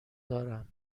دارم